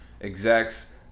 execs